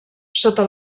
sota